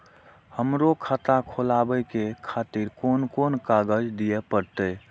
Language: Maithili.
हमरो खाता खोलाबे के खातिर कोन कोन कागज दीये परतें?